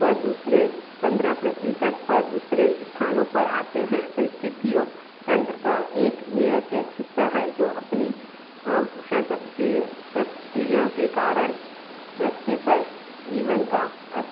वह दूसरे पन्द्रह प्रतिशत पर दूसरे स्थानों पर आते हैं परिस्थितियों तंत्र का एक नियतित हिस्सा है जो अपनी आभूषण प्रकृति प्रक्रियाओं के कारण पृथ्वी पर जीवन का अस